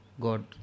God